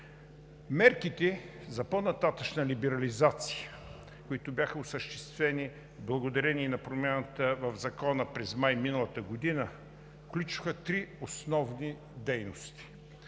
Мерките за по-нататъшна либерализация, които бяха осъществени благодарение на промяната в Закона през месец май миналата година, включваха три основни дейности.